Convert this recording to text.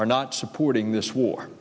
are not supporting this war